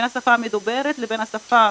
בין השפה המדוברת לבין השפה,